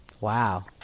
Wow